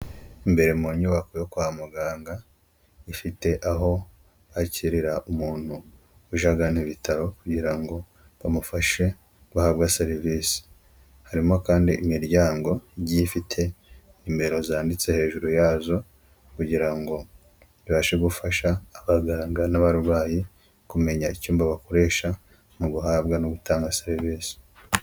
Imbere mu nyubako yo kwa muganga, ifite aho kwakirira umuntu uje agana ibitaro, kugira ngo bamufashe, bahabwa serivisi, harimo kandi imiryango igiye ifite nimero zanditse hejuru yazo, kugira ngo ibashe gufasha abaganga n'abarwayi kumenya icyumba bakoresha mu guhabwa no gutanga serivisi.